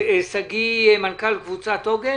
שגיא, מנכ"ל קבוצת עוגן.